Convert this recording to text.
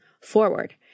forward